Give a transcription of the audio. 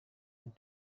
and